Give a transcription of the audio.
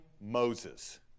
Moses